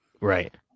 right